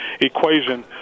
equation